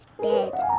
bed